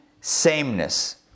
sameness